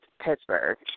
Pittsburgh